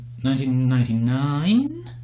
1999